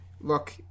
look